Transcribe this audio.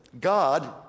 God